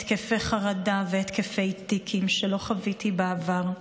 התקפי חרדה והתקפי טיקים שלא חוויתי בעבר.